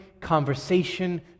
conversation